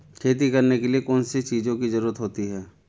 खेती करने के लिए कौनसी चीज़ों की ज़रूरत होती हैं?